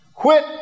Quit